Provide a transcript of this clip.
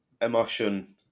emotion